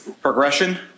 Progression